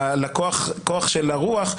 לכוח של הרוח,